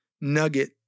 nugget